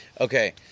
Okay